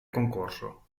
concorso